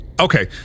Okay